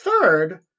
Third